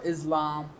Islam